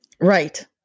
right